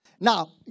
Now